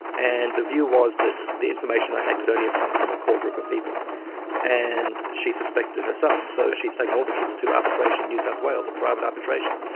and the view was that the information i had could only have come from a core group of people and she suspected her son. so she has taken all the kids to arbitration new south wales, a private arbitration.